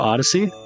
Odyssey